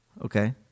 Okay